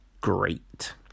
great